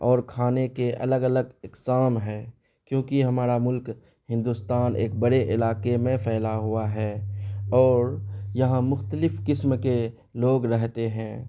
اور کھانے کے الگ الگ اقسام ہیں کیونکہ ہمارا ملک ہندوستان ایک بڑے علاقے میں پھیلا ہوا ہے اور یہاں مختلف قسم کے لوگ رہتے ہیں